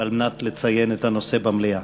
על מנת לציין את הנושא במליאה.